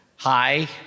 Hi